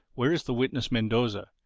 where is the witness mendoza?